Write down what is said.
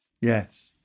Yes